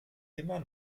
immer